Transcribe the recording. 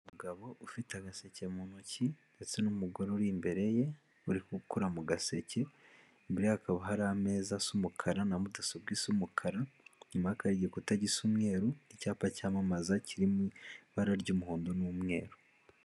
Umugabo ufite agaseke mu ntoki ndetse n'umugore uri imbere ye uri gukora mu gaseke, imbere ye hakaba hari ameza asa umukara na mudasobwa isa umukara, inyuma ye hakaba hari igikuta gisa umweruru, icyapa cyamamaza kiri mu ibara ry'umuhondo n'umweru.